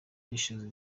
ushinzwe